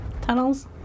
tunnels